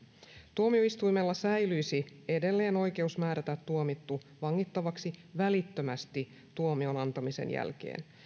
tuomioistuimella säilyisi edelleen oikeus määrätä tuomittu vangittavaksi välittömästi tuomion antamisen jälkeen